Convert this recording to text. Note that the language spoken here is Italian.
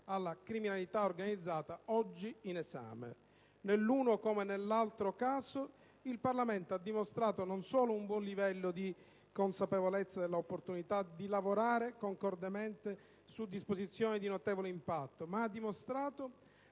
alla criminalità organizzata, oggi in esame. Nell'uno come nell'altro caso, il Parlamento ha dimostrato non solo un buon livello di consapevolezza della opportunità di lavorare concordemente su disposizioni di notevole impatto, ma anche